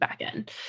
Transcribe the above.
backend